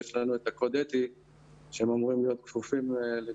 ויש לנו את הקוד האתי שהם אמורים להיות כפופים אליו.